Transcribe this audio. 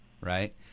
right